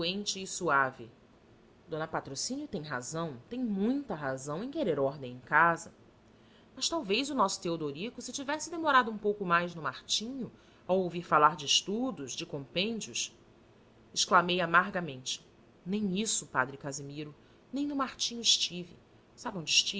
e suave d patrocínio tem razão tem muita razão em querer ordem em casa mas talvez o nosso teodorico se tivesse demorado um pouco mais no martinho a ouvir falar de estudos de compêndios exclamei amargamente nem isso padre casimiro nem no martinho estive sabe